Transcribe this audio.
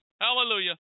Hallelujah